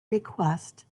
request